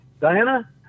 Diana